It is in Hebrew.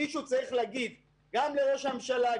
מישהו צריך להגיד גם לראש הממשלה,